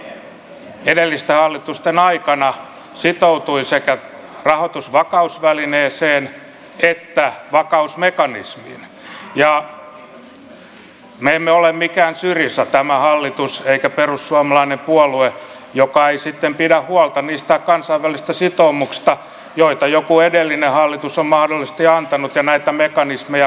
suomi edellisten hallitusten aikana sitoutui sekä rahoitusvakausvälineeseen että vakausmekanismiin ja me emme ole ei tämä hallitus eikä perussuomalainen puolue mikään syriza joka ei sitten pidä huolta niistä kansainvälisistä sitoumuksista joita joku edellinen hallitus on mahdollisesti antanut ja näitä mekanismeja pääomittanut